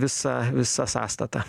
visą visą sąstatą